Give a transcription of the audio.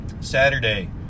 Saturday